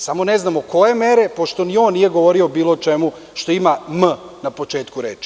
Samo ne znamo koje mere, pošto ni on nije govorio o bilo čemu što ima „m“ na početku reči.